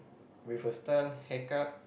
with a style haircut